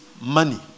money